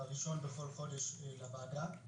בראשון בכל חודש לוועדה,